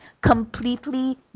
completely